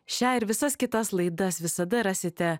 šią ir visas kitas laidas visada rasite